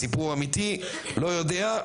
סיפור אמיתי לא יודע,